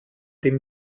dem